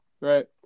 right